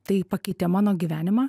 tai pakeitė mano gyvenimą